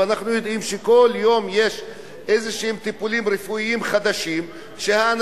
ואנחנו יודעים שכל יום יש טיפולים רפואיים חדשים כלשהם,